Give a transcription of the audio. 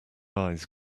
eyes